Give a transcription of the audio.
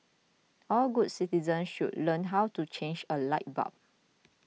all good citizens should learn how to change a light bulb